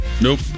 Nope